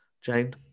Jane